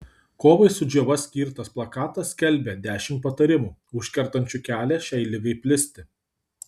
kovai su džiova skirtas plakatas skelbia dešimt patarimų užkertančių kelią šiai ligai plisti